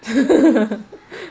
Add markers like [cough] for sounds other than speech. [laughs]